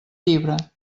llibre